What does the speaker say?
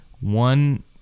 One